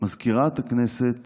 מזכירת הכנסת